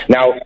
Now